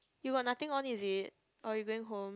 you got nothing on is it or you going home